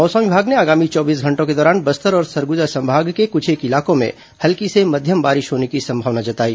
मौसम विभाग ने आगामी चौबीस घंटों के दौरान बस्तर और सरगुजा संभाग के कुछेक इलाकों में हल्की से मध्यम बारिश होने की संभावना व्यक्त की